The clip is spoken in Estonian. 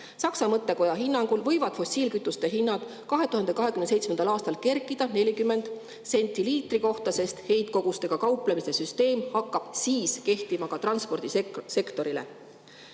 Saksa mõttekoja hinnangul võivad fossiilkütuste hinnad 2027. aastal kerkida 40 sendi [võrra] liitri kohta, sest heitkogustega kauplemise süsteem hakkab siis kehtima ka transpordisektorile.